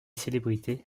célébrités